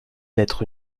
d’être